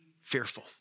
fearful